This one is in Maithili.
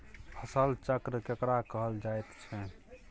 फसल चक्र केकरा कहल जायत छै?